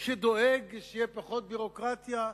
שדואג שתהיה פחות ביורוקרטיה,